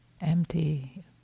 empty